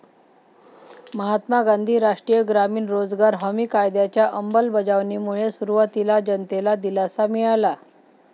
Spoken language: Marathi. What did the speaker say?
महात्मा गांधी राष्ट्रीय ग्रामीण रोजगार हमी कायद्याच्या अंमलबजावणीमुळे सुरुवातीला जनतेला दिलासा मिळाला